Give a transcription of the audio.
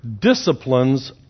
Disciplines